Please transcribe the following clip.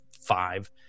five